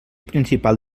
principal